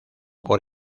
por